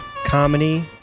Comedy